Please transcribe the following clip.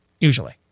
Usually